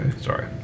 Sorry